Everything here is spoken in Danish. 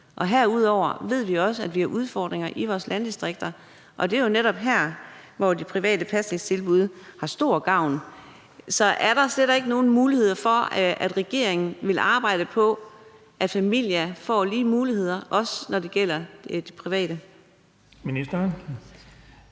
og herudover ved vi også, at vi har udfordringer i vores landdistrikter, og det er jo netop her, de private pasningstilbud gør stor gavn. Så er der slet ikke nogen muligheder for, at regeringen vil arbejde på, at familier får lige muligheder, også når det gælder det private?